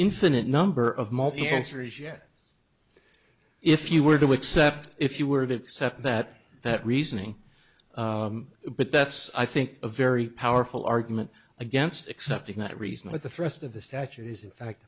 infinite number of more answers yet if you were to accept if you were to accept that that reasoning but that's i think a very powerful argument against accepting that reason that the thrust of the statute is in fact